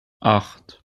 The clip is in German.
acht